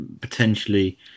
Potentially